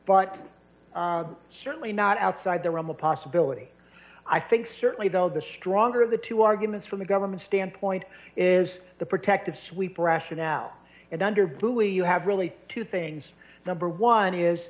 but certainly not outside the realm of possibility i think certainly though the stronger of the two arguments from the government standpoint is the protective sweep rationale and under blue you have really two things number one is